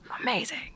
Amazing